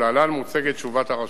ולהלן מוצגת תשובתה.